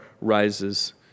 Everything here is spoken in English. rises